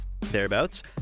thereabouts